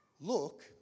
Look